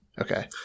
Okay